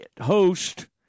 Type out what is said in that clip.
host